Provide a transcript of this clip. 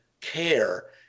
care